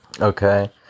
Okay